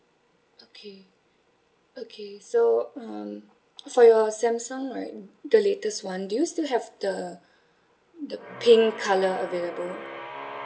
okay okay so um for your samsung right the latest one do you still have the the pink colour available